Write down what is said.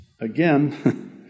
again